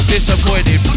Disappointed